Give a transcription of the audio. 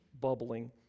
bubbling